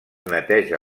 neteja